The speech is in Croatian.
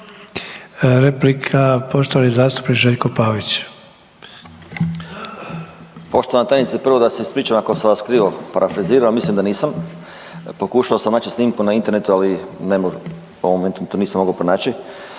Replika poštovani zastupnik Željko Pavić. **Pavić, Željko (SDP)** Poštovana tajnice, prvo da se ispričam ako sam vas krivo parafrazirao a mislim da nisam. Pokušao sam naći snimku na Internetu, ali ne mogu, u ovom trenutku nisam mogao pronaći.